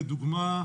כדוגמה,